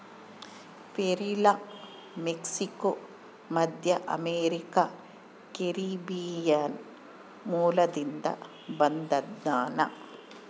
ಪೇರಲ ಮೆಕ್ಸಿಕೋ, ಮಧ್ಯಅಮೇರಿಕಾ, ಕೆರೀಬಿಯನ್ ಮೂಲದಿಂದ ಬಂದದನಾ